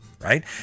Right